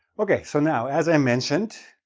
okay, so now, as i mentioned,